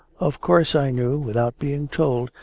of course i knew, without being told,